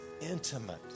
intimate